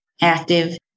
active